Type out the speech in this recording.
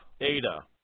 Ada